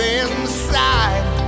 inside